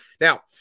Now